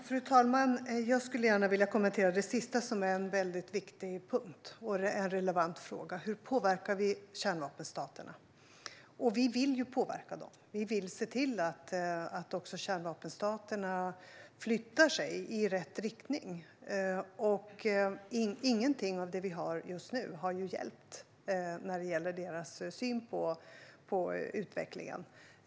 Fru talman! Jag skulle gärna vilja kommentera det sista Karin Enström sa. Det är en viktig punkt och en relevant fråga. Hur påverkar vi kärnvapenstaterna? Vi vill påverka dem. Vi vill att kärnvapenstaterna flyttar sig i rätt riktning. Ingenting av det som finns nu har hjälpt i fråga om deras syn på utvecklingen.